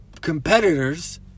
competitors